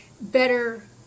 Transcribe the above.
better